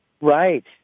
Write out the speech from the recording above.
Right